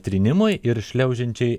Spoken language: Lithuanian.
trynimui ir šliaužiančiai